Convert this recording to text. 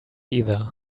either